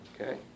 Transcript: Okay